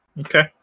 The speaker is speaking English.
Okay